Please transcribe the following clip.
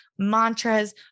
mantras